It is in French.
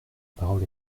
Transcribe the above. parole